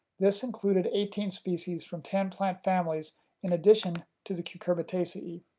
this include eighteen species from ten plant families in addition to the cucurbitaceae.